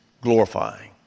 glorifying